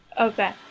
Okay